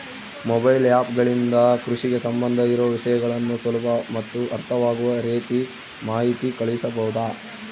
Mobile app ಗಳಿಂದ ಕೃಷಿಗೆ ಸಂಬಂಧ ಇರೊ ವಿಷಯಗಳನ್ನು ಸುಲಭ ಮತ್ತು ಅರ್ಥವಾಗುವ ರೇತಿ ಮಾಹಿತಿ ಕಳಿಸಬಹುದಾ?